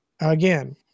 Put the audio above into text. again